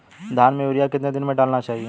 धान में यूरिया कितने दिन में डालना चाहिए?